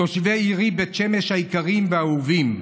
תושבי עירי בית שמש היקרים והאהובים,